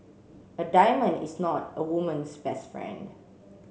a diamond is not a woman's best friend